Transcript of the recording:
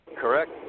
Correct